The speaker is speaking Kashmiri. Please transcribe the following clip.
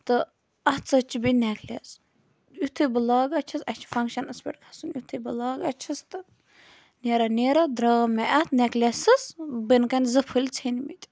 تہٕ اَتھ سۭتۍ چھِ بیٚیہِ نٮ۪کلٮ۪س یُتھٕے بہٕ لاگان چھَس اَسہِ چھِ فَنٛگشَنَس پٮ۪ٹھ گَژھُن یُتھٕے بہٕ لاگان چھَس تہٕ نیران نیران درٛاو مےٚ اَتھ نٮ۪کلٮ۪سَس بۄنہٕ کَن زٕ پھٔلۍ ژھیٚنۍمٕتۍ